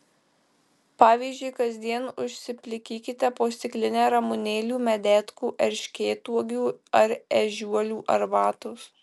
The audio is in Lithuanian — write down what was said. pavyzdžiui kasdien užsiplikykite po stiklinę ramunėlių medetkų erškėtuogių ar ežiuolių arbatos